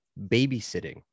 babysitting